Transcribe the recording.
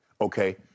Okay